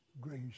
grace